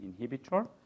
inhibitor